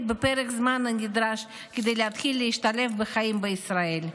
בפרק זמן הנדרש כדי להתחיל להשתלב בחיים בישראל,